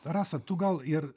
rasa tu gal ir